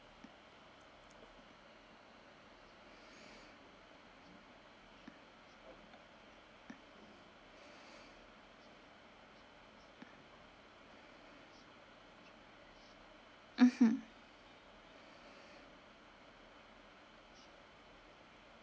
mmhmm